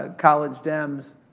ah college dem's,